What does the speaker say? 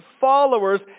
followers